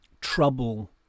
trouble